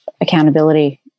accountability